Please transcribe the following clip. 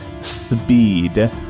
speed